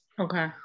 Okay